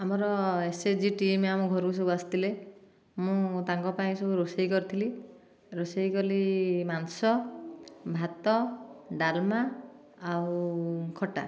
ଆମର SSG team ଆମ ଘରକୁ ସବୁ ଆସିଥିଲେ ମୁଁ ତାଙ୍କ ପାଇଁ ସବୁ ରୋଷେଇ କରିଥିଲି ରୋଷେଇ କଲି ମାଂସ ଭାତ ଡାଲମା ଆଉ ଖଟା